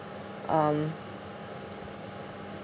um